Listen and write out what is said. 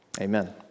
Amen